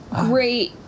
Great